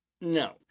No